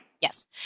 Yes